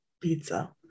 Pizza